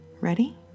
ready